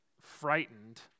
frightened